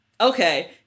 Okay